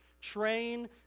train